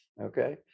Okay